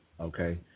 Okay